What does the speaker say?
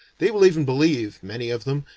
they will even believe, many of them,